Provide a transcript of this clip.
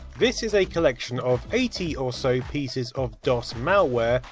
this is a collection of eighty, or so, pieces of dos malware,